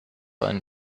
ein